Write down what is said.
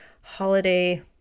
holiday